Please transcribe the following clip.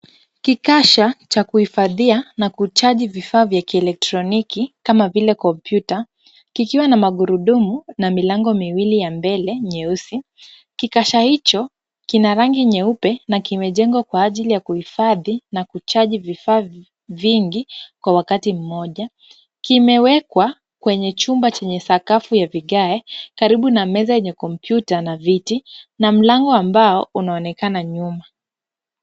Kikasha cha kuhifadhia na kuchaji vifaa vya kielektroniki kama vile kompyuta kikiwa na magurudumu na milango miwili ya mbele nyeusi. Kikasha hicho kina rangi nyeupe na kimejengwa kwa ajili ya kuhifadhi na kuchaji vifaa vingi kwa wakati mmoja. Kimewekwa kwenye chumba chenye sakafu ya vigae karibu na meza yenye kompyuta na viti na mlango wa mbao unaonekana nyuma.